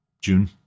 June